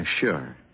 sure